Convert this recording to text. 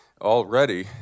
already